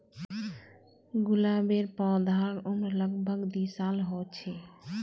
गुलाबेर पौधार उम्र लग भग दी साल ह छे